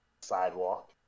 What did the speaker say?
sidewalk